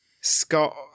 Scott